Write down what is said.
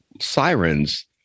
sirens